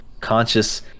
Conscious